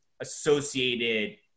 associated